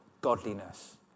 godliness